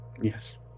Yes